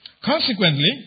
Consequently